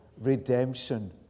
redemption